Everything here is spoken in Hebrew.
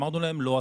אמרנו להם לא,